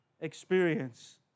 experience